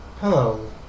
Hello